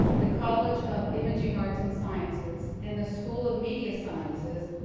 the college of imaging arts and sciences, and the school of media sciences,